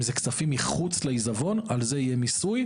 אם אלו כספים מחוץ לעיזבון, על זה יהיה מיסוי.